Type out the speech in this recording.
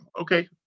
Okay